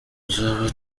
tuzaba